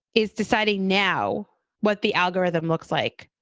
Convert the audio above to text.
is deciding now what the algorithm looks like.